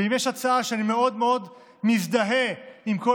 ואם יש הצעה שאני מאוד מאוד מזדהה מכל